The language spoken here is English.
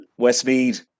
Westmead